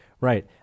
right